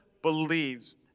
Believes